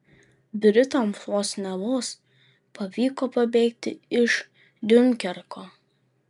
britams vos ne vos pavyko pabėgti iš diunkerko